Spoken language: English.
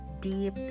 deep